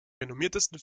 renommiertesten